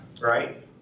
right